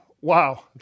wow